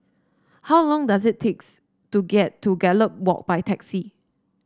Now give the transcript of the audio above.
how long does it takes to get to Gallop Walk by taxi